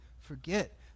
forget